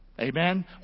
Amen